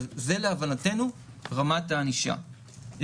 זה להבנתנו רמת הענישה.